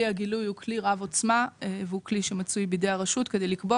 כלי הגילוי הוא כלי רב עוצמה והוא כלי שמצוי בידי הרשות כדי לקבוע